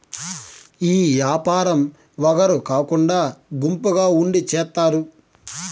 ఈ యాపారం ఒగరు కాకుండా గుంపుగా ఉండి చేత్తారు